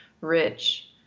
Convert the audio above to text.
rich